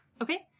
Okay